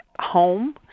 home